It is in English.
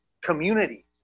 community